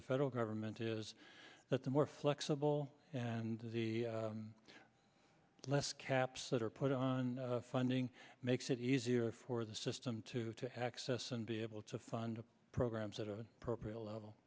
the federal government is that the more flexible and the less caps that are put on funding makes it easier for the system to to access and be able to fund programs that are appropriate level